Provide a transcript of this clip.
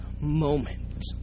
moment